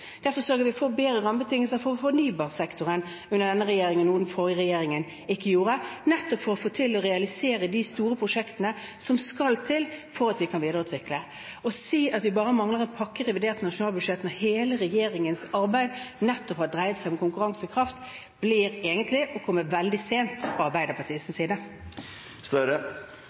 Derfor sørger vi for bedre rammebetingelser for fornybarsektoren under denne regjeringen – noe den forrige regjeringen ikke gjorde – nettopp for å få realisert de store prosjektene som skal til for at vi skal kunne videreutvikle. Å si at vi bare mangler en pakke i revidert nasjonalbudsjett når hele regjeringens arbeid nettopp har dreid seg om konkurransekraft, blir egentlig å komme veldig sent fra